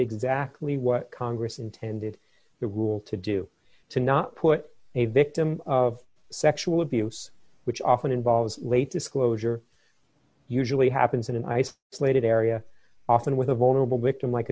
exactly what congress intended the rule to do to not put a victim of sexual abuse which often involves late disclosure usually happens in an ice plated area often with a